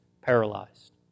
paralyzed